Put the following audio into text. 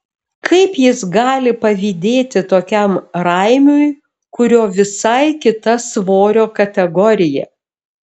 kaip jis gali pavydėti tokiam raimiui kurio visai kita svorio kategorija